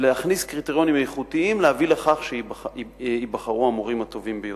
להכניס קריטריונים איכותיים להביא לכך שייבחרו המורים הטובים ביותר.